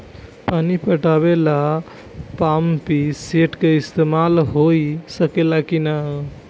पानी पटावे ल पामपी सेट के ईसतमाल हो सकेला कि ना?